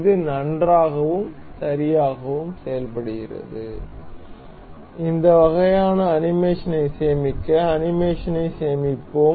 இது நன்றாகவும் சரியாகவும் செயல்படுகிறது இந்த வகையான அனிமேஷனைச் சேமிக்க அனிமேஷனைச் சேமிப்போம்